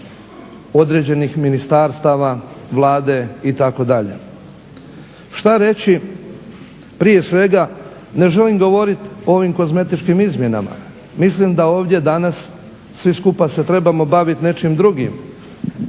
određenih ministarstava, Vlade itd. Šta reći prije svega ne želim govoriti o ovim kozmetičkim izmjenama. Mislim da ovdje danas svi skupa se trebamo baviti nečim drugim